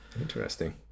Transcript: Interesting